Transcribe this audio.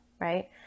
right